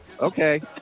Okay